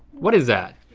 what is that?